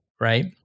right